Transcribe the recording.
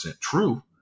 true